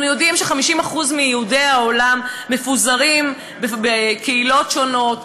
אנחנו יודעים ש-50% מיהודי העולם מפוזרים בקהילות שונות,